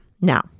Now